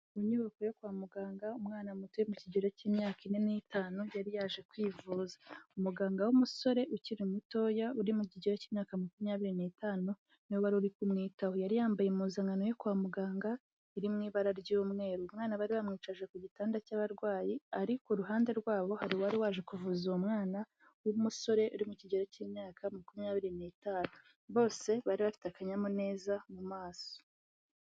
Mu nyubako yo kwa muganga umwana muto uri mu kigero cy'imyaka ine n'itanu yari yaje kwivuza, umuganga w'umusore ukiri mutoya uri mu kigero cy'imyaka makumyabiri n'itanu, ni we uri kumwitaho, yari yambaye impuzankano yo kwa muganga iri mu ibara ry'umweru, umwana bari bamwicaje ku gitanda cy'abarwayi ariko ku ruhande rwabo hari uwari waje kuvuza uwo mwana w'umusore uri mu kigero cy'imyaka makumyabiri n'itanu bose bari bafite akanyamuneza mu maso.